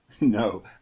No